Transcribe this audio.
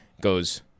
Goes